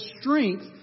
strength